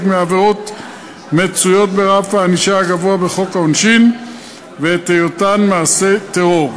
מהעבירות מצויות ברף הענישה הגבוהה בחוק העונשין ואת היותן מעשה טרור.